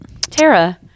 Tara